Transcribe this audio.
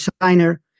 designer